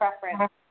preference